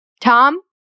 Tom